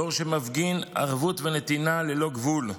דור שמפגין ערבות ונתינה ללא גבול,